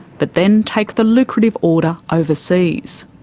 but then take the lucrative order overseas.